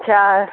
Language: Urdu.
اچھا